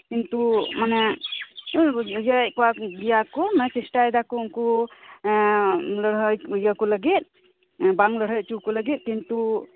ᱠᱤᱱᱛᱩ ᱢᱟᱱᱮ ᱵᱩᱡᱷᱟᱹᱣ ᱮᱫ ᱠᱚᱣᱟ ᱠᱚ ᱢᱟᱱᱮ ᱪᱮᱥᱴᱟᱭ ᱫᱟᱠᱚ ᱩᱝᱠᱩ ᱞᱟᱹᱲᱦᱟᱹᱭ ᱤᱭᱟᱹ ᱠᱚ ᱞᱟᱹᱜᱤᱫ ᱵᱟᱝ ᱞᱟᱲᱦᱟᱹᱭ ᱚᱪᱚ ᱠᱚ ᱞᱟᱹᱜᱤᱫ ᱠᱤᱱᱛᱩ